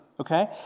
okay